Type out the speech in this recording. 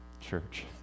Church